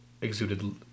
exuded